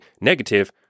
negative